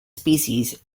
species